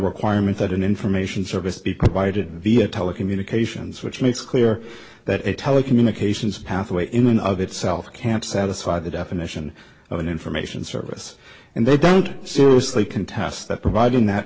requirement that an information service be provided via telecommunications which makes clear that a telecommunications pathway in and of itself can't satisfy the definition of an information service and they don't seriously contest that providing that